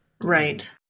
Right